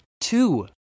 two